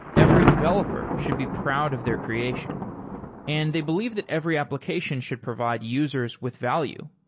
every developer should be proud of their creation and they believe that every application should provide users with value.